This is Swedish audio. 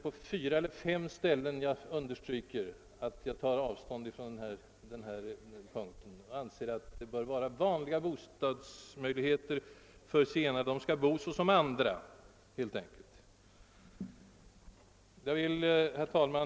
På fyra eller fem ställen i mitt huvudanförande i debatten framhöll jag att jag tog avstånd från uttalandet om uppställningsplatser som annat än till fällighetslösning och förklarade att jag anser att det bör finnas vanliga bostäder också för zigenare. De skall bo såsom andra människor helt enkelt. Herr talman!